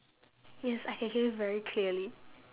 yes I can hear you very clearly